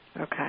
Okay